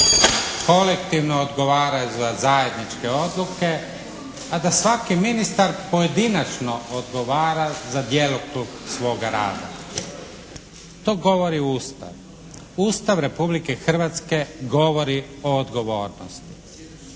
kolektivno odgovaraju za zajedničke odluke, a da svaki ministar pojedinačno odgovara za djelokrug svoga rada. To govori Ustav. Ustav Republike Hrvatske govori o odgovornosti.